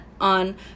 on